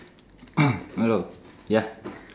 hello ya